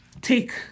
take